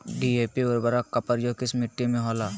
DAP उर्वरक का प्रयोग किस मिट्टी में होला?